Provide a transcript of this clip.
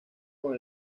con